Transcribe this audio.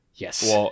Yes